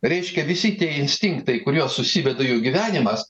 reiškia visi tie instinktai kuriuos susiveda jų gyvenimas